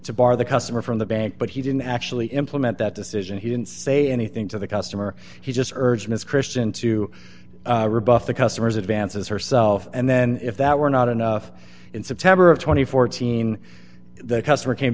to bar the customer from the bank but he didn't actually implement that decision he didn't say anything to the customer he just urged his christian to rebuff the customers advances herself and then if that were not enough in september of two thousand and fourteen the customer came